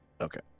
okay